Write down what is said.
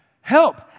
help